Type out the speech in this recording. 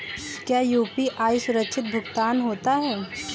क्या यू.पी.आई सुरक्षित भुगतान होता है?